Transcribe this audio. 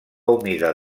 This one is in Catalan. humida